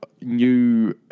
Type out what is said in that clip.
new